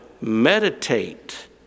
meditate